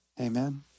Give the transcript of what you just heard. Amen